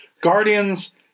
Guardians